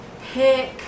Pick